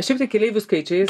šiaip tai keleivių skaičiais